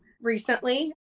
recently